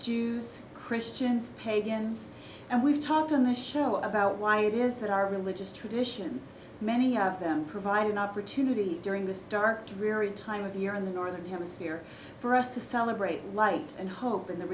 jews christians pagans and we've talked on the show about why it is that our religious traditions many of them provide an opportunity during this dark dreary time of year in the northern hemisphere for us to celebrate light and hope and the